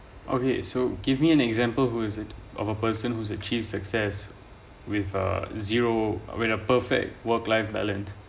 okay so give me an example who is it of a person who's achieve success with a zero when a perfect work life balance